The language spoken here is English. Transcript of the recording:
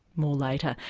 more later.